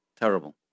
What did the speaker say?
Terrible